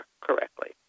correctly